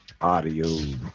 audio